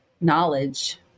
knowledge